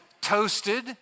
Toasted